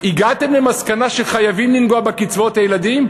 הגעתם למסקנה שחייבים לנגוע בקצבאות הילדים?